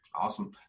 Awesome